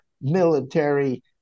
military